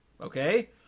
okay